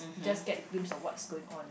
just get a glimpse of what's going on